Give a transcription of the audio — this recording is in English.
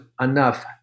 enough